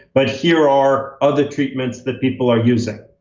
but here are other treatments that people are using.